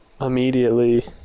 immediately